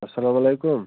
اسلام علیکُم